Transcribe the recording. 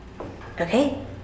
Okay